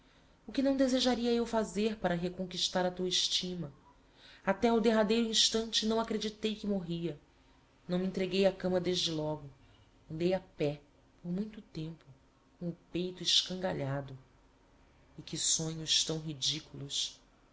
o que não desejaria eu fazer para reconquistar a tua estima até ao derradeiro instante não acreditei que morria não me entreguei á cama desde logo andei a pé por muito tempo com o peito escangalhado e que sonhos tão ridiculos